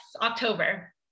October